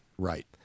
Right